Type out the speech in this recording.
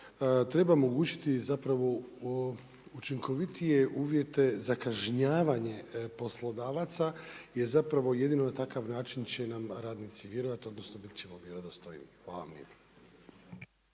Treba omogućiti zapravo učinkovitije uvijete za kažnjavanje poslodavaca, jer zapravo jedino na takav način će nam radnici, vjerojatno, odnosno biti ćemo vjerodostojniji. Hvala vam